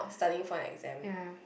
uh yeah